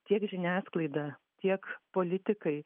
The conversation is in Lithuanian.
tiek žiniasklaida tiek politikai